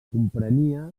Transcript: comprenia